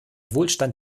wohlstand